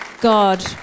God